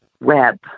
web